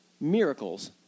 miracles